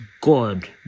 God